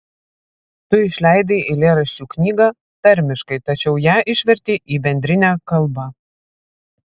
tu išleidai eilėraščių knygą tarmiškai tačiau ją išvertei į bendrinę kalbą